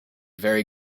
very